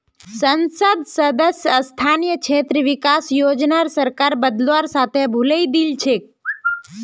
संसद सदस्य स्थानीय क्षेत्र विकास योजनार सरकारक बदलवार साथे भुलई दिल छेक